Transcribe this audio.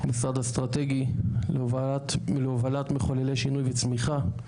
משרד אסטרטגי להובלת מחוללי שינוי וצמיחה.